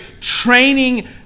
training